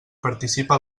participa